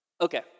Okay